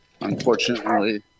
unfortunately